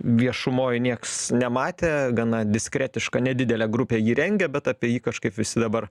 viešumoj nieks nematė gana diskretiška nedidelė grupė jį rengė bet apie jį kažkaip visi dabar